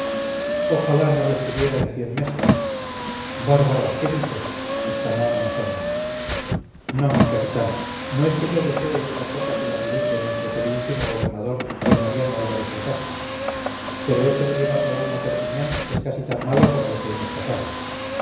ojalá no lo estuviera en cien meses bárbaro qué dices exclamó amenazándome no mi capitán no es que yo desee otra cosa que la salud de nuestro queridísimo gobernador d mariano álvarez de castro pero eso de llevarle a uno a perpiñán es casi tan malo como lo que hemos pasado